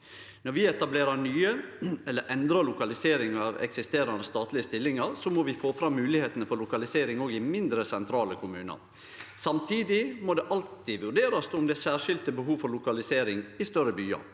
Når vi etablerer nye eller endrar lokaliseringa av eksisterande statlege stillingar, må vi få fram moglegheitene for lokalisering også i mindre sentrale kommunar. Samtidig må det alltid vurderast om det er særskilde behov for lokalisering i større byar.